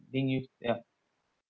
didn't use ya